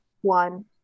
One